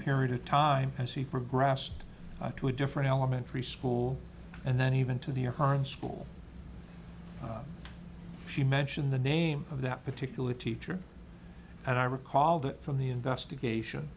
period of time as he progressed to a different elementary school and then even to the occurrence school she mentioned the name of that particular teacher and i recall that from the investigation